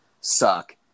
suck